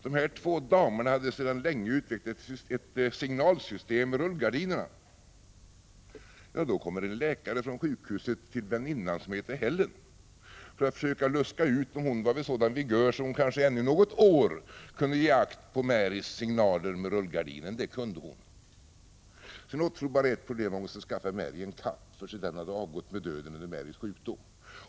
Dessa två damer hade sedan länge utvecklat ett signalsystem med rullgardinerna. En läkare kom då från sjukhuset till väninnan, som hette Helen, för att försöka luska ut om hon var vid sådan vigör att hon kanske ännu något år kunde ge akt på Marys signaler med rullgardinen — och det kunde hon. Sedan återstod bara ett problem: man måste skaffa Mary en katt, eftersom hennes egen hade avgått med döden under Marys sjukdom.